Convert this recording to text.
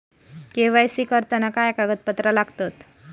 KYC करताना काय कागदपत्रा लागतत?